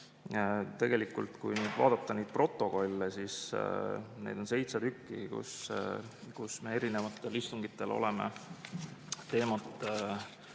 Tegelikult, kui vaadata protokolle, siis neid on seitse tükki, kus me erinevatel istungitel oleme seda